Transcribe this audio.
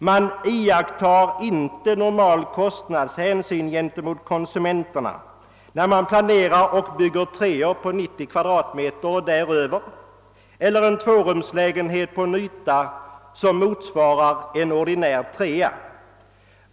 Man iakttar inte normala kostnadshän syn gentemot konsumenterna när man planerar och bygger treor på 90 kvm och däröver eller en tvåa på en yta som motsvarar en ordinär trea.